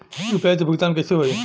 UPI से भुगतान कइसे होहीं?